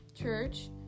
church